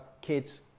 kids